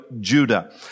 Judah